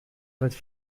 votre